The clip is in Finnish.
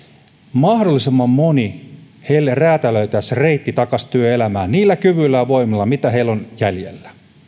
mahdollisimman monelle räätälöitäisiin reitti takaisin työelämään niillä kyvyillä ja voimilla mitä heillä on jäljellä